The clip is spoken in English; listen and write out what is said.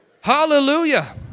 Hallelujah